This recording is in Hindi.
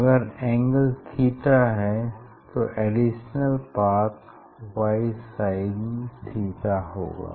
अगर एंगल थीटा है तो additional path y sin theta होगा